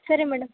ಸರಿ ಮೇಡಮ್